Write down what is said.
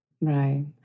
Right